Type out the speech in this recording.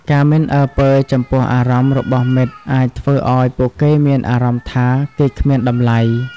ការមិនអើពើចំពោះអារម្មណ៍របស់មិត្តអាចធ្វើឱ្យពួកគេមានអារម្មណ៍ថាគេគ្មានតម្លៃ។